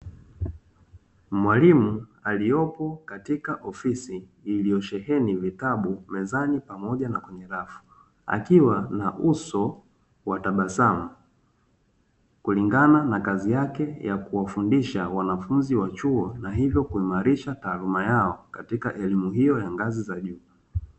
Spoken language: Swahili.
Mwalimu aliyepo katika ofisi, iliyosheheni vitabu mezani pamoja na kwenye rafu akiwa na uso wa tabasamu, kulingana na kazi yake ya kuwafundisha wanafunzi wa chuo, na hivyo kuhimarisha taaluma yao katika elimu hiyo ya ngazi za juu.